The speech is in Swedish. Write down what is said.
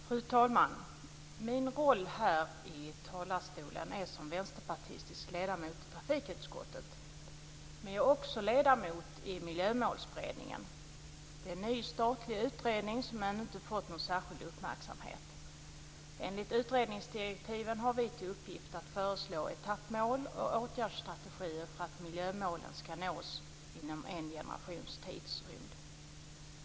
Fru talman! Min roll här i talarstolen är att framträda som vänsterpartistisk ledamot i trafikutskottet, men jag är också ledamot i Miljömålsberedningen. Det är en ny statlig utredning, som ännu inte fått någon särskild uppmärksamhet. Enligt utredningsdirektiven har vi till uppgift att föreslå etappmål och åtgärdsstrategier för att miljömålen skall nås inom en generations tidsrymd.